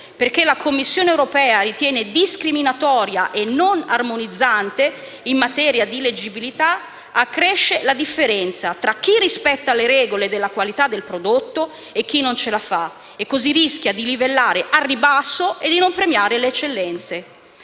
perché la Commissione europea ritiene discriminatoria e non armonizzante in materia di leggibilità, accresce la differenza tra chi rispetta le regole della qualità del prodotto e chi non ce la fa. Così si rischia di livellare al ribasso, e di non premiare le eccellenze.